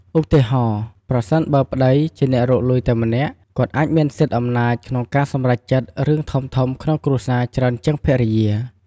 ឧទាហរណ៍ ប្រសិនបើប្ដីជាអ្នករកលុយតែម្នាក់ គាត់អាចមានសិទ្ធិអំណាចក្នុងការសម្រេចចិត្តរឿងធំៗក្នុងគ្រួសារច្រើនជាងភរិយា ។